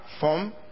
form